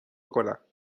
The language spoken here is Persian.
کنم